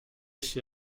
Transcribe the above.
się